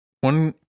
One